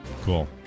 Cool